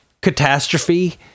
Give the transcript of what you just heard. catastrophe